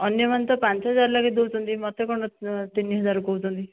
ଅନ୍ୟମାନେ ତ ପାଞ୍ଚ ହଜାର ଲେଖାଏଁ ଦେଉଛନ୍ତି ମୋତେ କ'ଣ ତିନି ହଜାର କହୁଛନ୍ତି